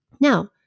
Now